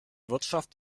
wirtschaft